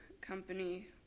company